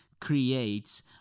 creates